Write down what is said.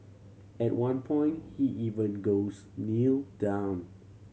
at one point he even goes Kneel down